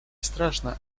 страшно